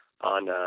on